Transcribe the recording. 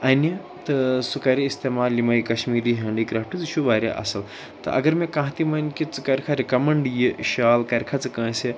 اَنہِ تہٕ سُہ کَرِ استعمال یِمٔے کَشمیٖری ہینٛڈی کرٛافٹٕز یہِ چھُ واریاہ اصٕل تہٕ اگر مےٚ کانٛہہ تہِ وَنہِ کہِ ژٕ کَرِکھا رِکَمیٚنٛڈ یہِ شال کَرِکھا ژٕ کٲنٛسہِ